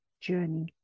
journey